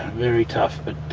very tough. but